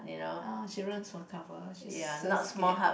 uh she runs for couple she's so scared